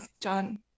John